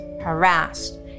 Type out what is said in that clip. harassed